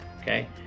okay